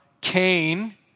Cain